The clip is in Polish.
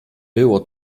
było